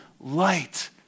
light